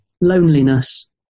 loneliness